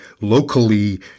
locally